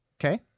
Okay